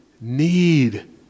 need